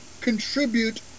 contribute